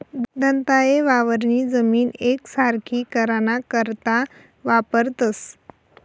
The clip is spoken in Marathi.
दंताये वावरनी जमीन येकसारखी कराना करता वापरतंस